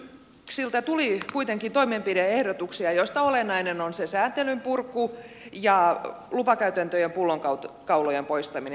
yrityksiltä tuli kuitenkin toimenpide ehdotuksia joista olennainen on se sääntelyn purku ja lupakäytäntöjen pullonkaulojen poistaminen